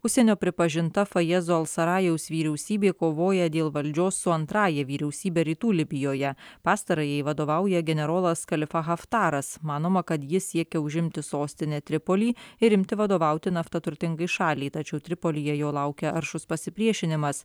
užsienio pripažinta fajezo al sarajaus vyriausybė kovoja dėl valdžios su antrąja vyriausybe rytų libijoje pastarajai vadovauja generolas kalifa haftaras manoma kad jis siekia užimti sostinę tripolį ir imti vadovauti nafta turtingai šaliai tačiau tripolyje jo laukia aršus pasipriešinimas